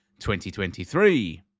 2023